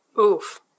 Oof